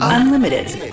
Unlimited